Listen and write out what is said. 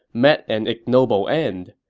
met an ignoble end.